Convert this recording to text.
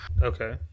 Okay